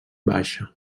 baixa